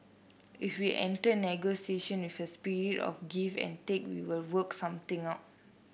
if we enter negotiation with a spirit of give and take we will work something out